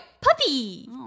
Puppy